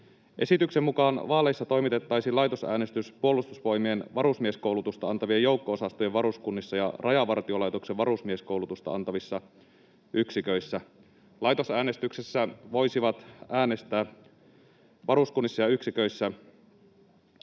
Esityksen mukaan vaaleissa toimitettaisiin laitosäänestys Puolustusvoimien varusmieskoulutusta antavien joukko-osastojen varuskunnissa ja Rajavartiolaitoksen varusmieskoulutusta antavissa yksiköissä. Laitosäänestyksessä voisivat äänestää varuskunnissa ja yksiköissä